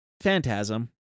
Phantasm